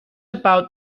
about